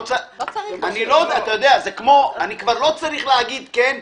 אני כבר לא צריך להגיד כן,